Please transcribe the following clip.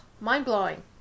mind-blowing